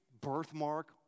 birthmark